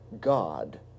God